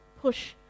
push